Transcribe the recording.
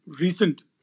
recent